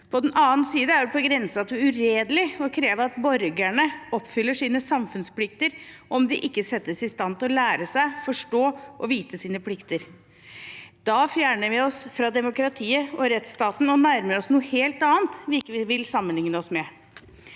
På den annen side er det på grensen til uredelig å kreve at borgerne oppfyller sine samfunnsplikter, om de ikke settes i stand til å lære seg, forstå og vite sine plikter. Da fjerner vi oss fra demokratiet og rettsstaten og nærmer oss noe helt annet som vi ikke vil sammenligne oss med.